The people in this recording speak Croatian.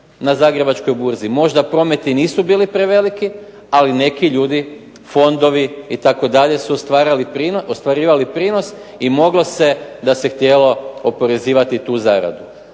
na Zagrebačkoj burzi, možda prometi nisu bili preveliki, ali neki ljudi, fondovi itd., su ostvarivali prinos i moglo se da se htjelo oporezivati tu zaradu.